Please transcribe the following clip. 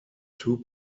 two